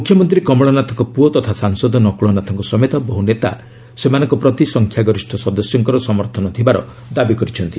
ମୁଖ୍ୟମନ୍ତ୍ରୀ କମଳନାଥଙ୍କ ପୁଅ ତଥା ସାଂସଦ ନକୁଳନାଥଙ୍କ ସମେତ ବହୁ ନେତା ସେମାନଙ୍କ ପ୍ରତି ସଂଖ୍ୟାଗରିଷ୍ଠ ସଦସ୍ୟଙ୍କ ସମର୍ଥନ ଥିବାର ଦାବି କରିଛନ୍ତି